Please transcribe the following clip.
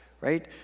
right